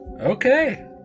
okay